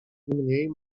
niemniej